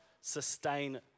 sustain